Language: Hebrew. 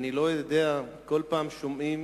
מצומת עירון לאליקים, וכל פעם שומעים